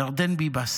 ירדן ביבס,